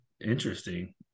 Interesting